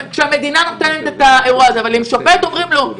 אם אומרים לשופט,